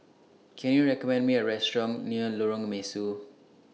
Can YOU recommend Me A Restaurant near Lorong Mesu